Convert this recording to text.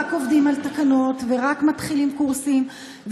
רק עובדים על תקנות ורק מתחילים קורסים,